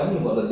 ya